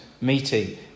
meeting